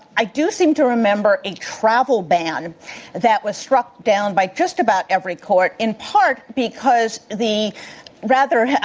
i do seem to remember a travel ban that was struck down by just about every court in part because the rather